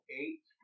eight